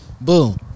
Boom